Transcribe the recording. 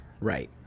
Right